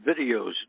videos